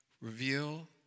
reveal